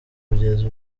kugeza